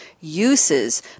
uses